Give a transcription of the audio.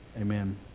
Amen